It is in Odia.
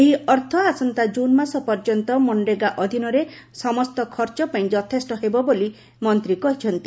ଏହି ଅର୍ଥ ଆସନ୍ତା ଜୁନ୍ ମାସ ପର୍ଯ୍ୟନ୍ତ ମନରେଗା ଅଧୀନରେ ସମସ୍ତ ଖର୍ଚ୍ଚ ପାଇଁ ଯଥେଷ୍ଟ ହେବ ବୋଲି ମନ୍ତ୍ରୀ କହିଛନ୍ତି